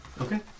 Okay